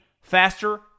faster